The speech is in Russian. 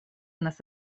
нас